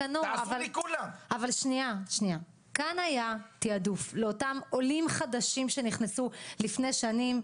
כאן היה תעדוף לאותם עולים חדשים שנכנסו לפני שנים,